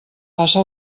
passa